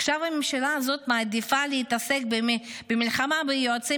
עכשיו הממשלה הזאת מעדיפה להתעסק במלחמה ביועצים